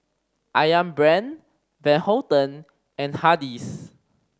Ayam Brand Van Houten and Hardy's